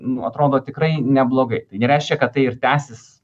nu atrodo tikrai neblogai tai nereiškia kad tai ir tęsis